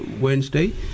Wednesday